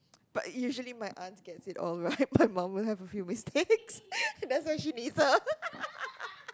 but usually my aunts gets it all right my mum will have a few mistakes that's why she needs her